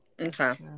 Okay